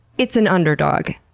it's an underdog.